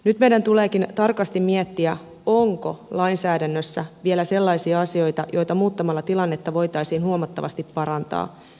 nyt meidän tuleekin tarkasti miettiä onko lainsäädännössä vielä sellaisia asioita joita muuttamalla tilannetta voitaisiin huomattavasti parantaa